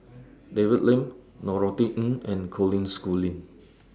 David Lim Norothy Ng and Colin Schooling